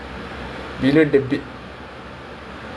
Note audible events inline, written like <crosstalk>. this is like toy story <laughs>